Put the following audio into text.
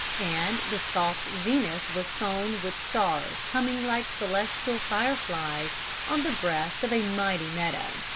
and the soft zenith was sown with stars coming like celestial fire-flies on the breast of a mighty meadow.